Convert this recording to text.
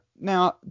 Now